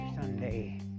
sunday